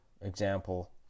example